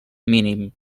mínim